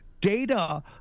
data